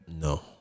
No